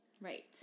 right